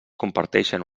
comparteixen